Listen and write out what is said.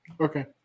Okay